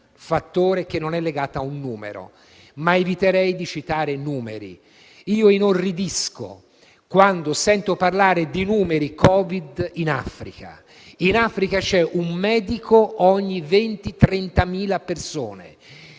elemento che non è legato a un numero, anzi eviterei di citare i numeri. Io inorridisco quando sento parlare di numeri di Covid-19 in Africa; in Africa c'è un medico ogni 20.000-30.000 persone